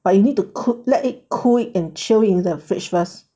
but you need to cook let it cool and chill in the fridge first